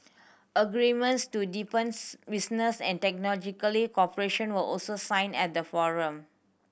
agreements to deepens business and technological cooperation were also signed at the forum